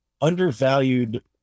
undervalued